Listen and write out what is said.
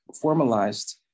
formalized